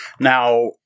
Now